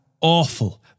awful